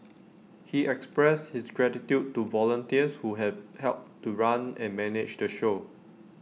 he expressed his gratitude to volunteers who have helped to run and manage the show